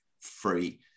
free